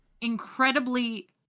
incredibly